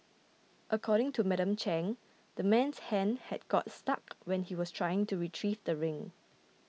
according to Madam Chang the man's hand had got stuck when he was trying to retrieve the ring